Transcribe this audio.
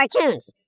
cartoons